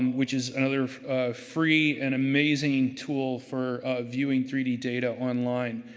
which is another free and amazing tool for viewing three d data online.